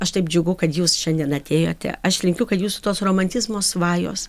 aš taip džiugu kad jūs šiandien atėjote aš linkiu kad jūsų tos romantizmo svajos